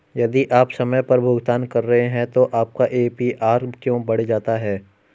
यदि आप समय पर भुगतान कर रहे हैं तो आपका ए.पी.आर क्यों बढ़ जाता है?